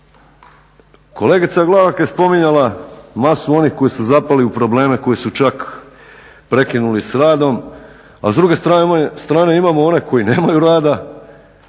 Kolegica Glavak je spominjala masu onih koji su zapali u probleme, koji su čak prekinuli s radom, a s druge strane imamo one koji nemaju rada